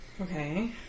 Okay